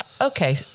Okay